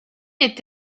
est